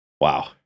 wow